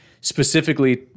specifically